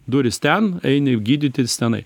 durys ten eini gydytis tenai